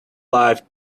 life